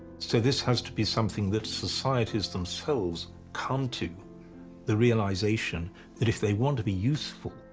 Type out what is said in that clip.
so this has to be something that societies themselves come to the realization that if they want to be useful,